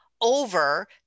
over